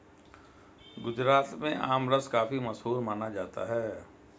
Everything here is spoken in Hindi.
गुजरात में आमरस काफी मशहूर माना जाता है